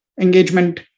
engagement